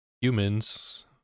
humans